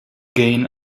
gain